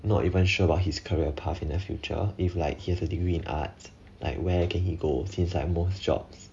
not even sure about his career path in the future if like he has a degree in art like where can he go since like most jobs